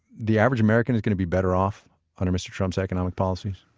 the average american is going to be better off under mr. trump's economic policies?